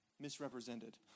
misrepresented